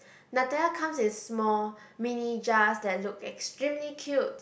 Nutella comes in small mini jars that look extremely cute